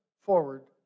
forward